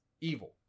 evil